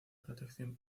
protección